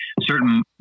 certain